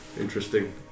Interesting